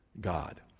God